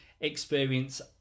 experience